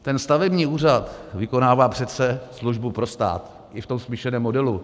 Ten stavební úřad vykonává přece službu pro stát i v tom smíšeném modelu.